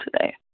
today